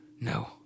no